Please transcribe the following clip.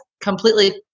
completely